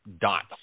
dots